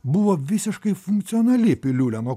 buvo visiškai funkcionali piliulė nuo